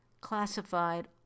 classified